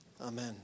Amen